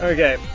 Okay